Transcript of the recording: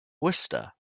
worcester